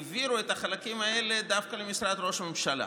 העבירו את החלקים האלה דווקא למשרד ראש הממשלה.